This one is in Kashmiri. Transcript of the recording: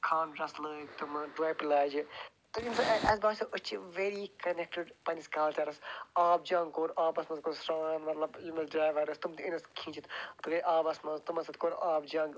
خان ڈرٛیٚٮس لٲگۍ تِم ٹوپہِ لاجہِ تہٕ ییٚمہِ سۭتۍ اسہِ باسٮیٛو أسۍ چھِ ویری کَنیٚکٹِڈ پَننِس کَلچرَس آبہٕ جنٛگ کوٚر آبَس منٛز کوٚر سرٛان مطلب یِم اسہِ ڈرٛایور ٲسۍ تِم تہِ أنۍ اسہِ کھیٖنچِتھ تہٕ گٔے آبَس منٛز تِمن سۭتۍ کوٚر اسہِ آبہٕ جنٛگ